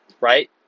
right